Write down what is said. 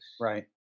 Right